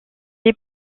est